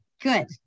good